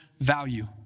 value